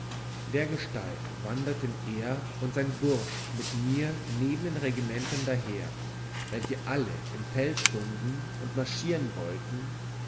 dergestalt wanderten er und seine bursch mit mir neben den regimentern daher welche alle im feld stunden und marschieren wollten